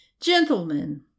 Gentlemen